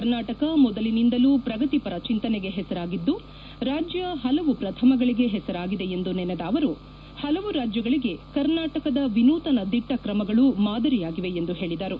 ಕರ್ನಾಟಕ ಮೊದಲಿನಿಂದಲೂ ಪ್ರಗತಿಪರ ಚಿಂತನೆಗೆ ಹೆಸರಾಗಿದ್ದು ರಾಜ್ಯ ಪಲವು ಪ್ರಥಮಗಳಿಗೆ ಹೆಸರಾಗಿದೆ ಎಂದು ನೆನೆದ ಅವರು ಪಲವು ರಾಜ್ಯಗಳಿಗೆ ಕರ್ನಾಟಕದ ವಿನೂತನ ದಿಟ್ಟ ಕ್ರಮಗಳು ಮಾದರಿಯಾಗಿವೆ ಎಂದು ಪೇಳಿದರು